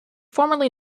formerly